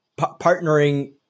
partnering